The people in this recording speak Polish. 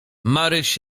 maryś